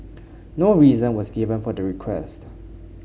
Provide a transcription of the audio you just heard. no reason was given for the request